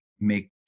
make